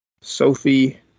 Sophie